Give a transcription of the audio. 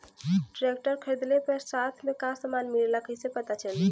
Tractor खरीदले पर साथ में का समान मिलेला कईसे पता चली?